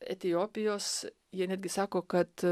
etiopijos jie netgi sako kad